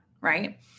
Right